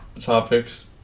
topics